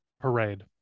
Parade